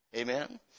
Amen